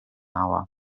hour